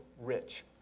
rich